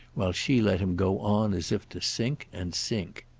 while she let him go on as if to sink and sink.